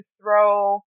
throw